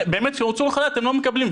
וכשהוצאו לחל"ת הם לא מקבלים.